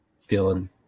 feeling